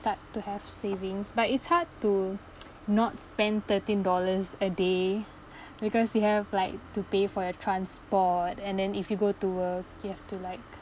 start to have savings but it's hard to not spend thirteen dollars a day because you have like to pay for your transport and then if you go to work you have to like